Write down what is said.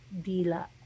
Dila